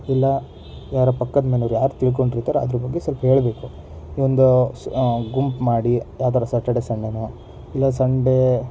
ಇಲ್ಲ ಯಾರ ಪಕ್ಕದ ಮನೆಯವರು ಯಾರು ತಿಳ್ಕೊಂಡಿರ್ತಾರೋ ಅದರ ಬಗ್ಗೆ ಸ್ವಲ್ಪ ಹೇಳಬೇಕು ಒಂದು ಸ್ ಗುಂಪು ಮಾಡಿ ಯಾವುದಾರ ಸಟರ್ಡೆ ಸಂಡೇನೋ ಇಲ್ಲ ಸಂಡೇ